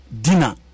dinner